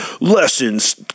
Lessons